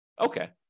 Okay